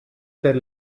per